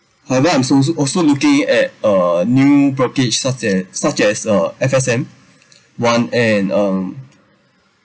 however I'm so I'm also looking at a new brokerage such as such as uh S_S_M [one] and um